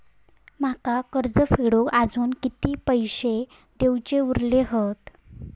माका कर्ज फेडूक आजुन किती पैशे देऊचे उरले हत?